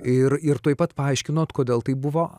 ir ir tuoj pat paaiškinot kodėl taip buvo